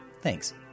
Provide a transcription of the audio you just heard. Thanks